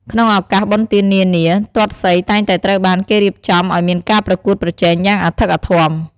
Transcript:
ក្នុងឱកាសបុណ្យទាននានា ទាត់សីតែងតែត្រូវបានគេរៀបចំឱ្យមានការប្រកួតប្រជែងយ៉ាងអធិកអធម។